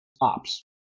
ops